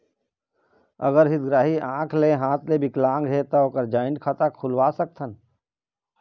अगर हितग्राही आंख ले हाथ ले विकलांग हे ता ओकर जॉइंट खाता खुलवा सकथन?